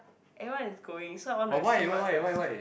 everyone is going so I wanna see what's the hit